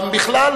גם בכלל,